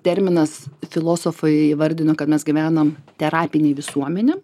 terminas filosofai įvardino ką mes gyvenam terapinėj visuomenė